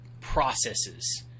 processes